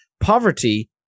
poverty